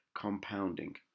compounding